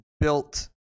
built